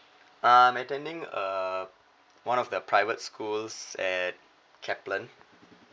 I'm attending uh one of the private schools at kaplan